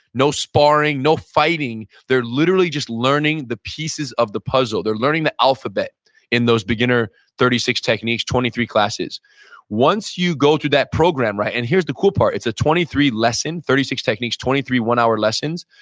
no sparring, no fighting. they're literally just learning the pieces of the puzzle. they're learning the alphabet in those beginner thirty six techniques, twenty three classes once you go to that program, and here's the cool part, it's a twenty three lesson, thirty six techniques, twenty three one hour lessons.